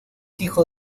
hijo